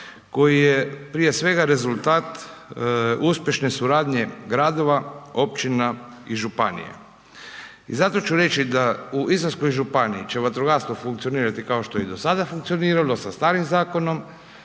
koji je prije svega rezultat uspješne suradnje gradova, općina i županija. I zato ću reći da u Istarskoj županiji će vatrogastvo funkcionirati kao što je i do sada funkcioniralo sa starim zakonom